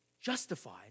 justified